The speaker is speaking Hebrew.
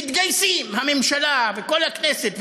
מתגייסים: הממשלה וכל הכנסת,